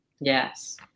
Yes